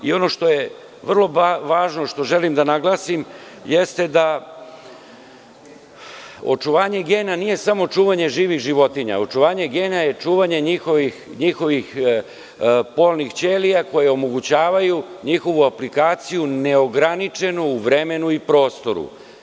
Ono što je vrlo važno, što želim da naglasim, jeste da očuvanje gena nije samo čuvanje živih životinja, očuvanje gena je čuvanje njihovih polnih ćelija koje omogućavaju njihovu aplikaciju neograničenu u vremenu i prostoru.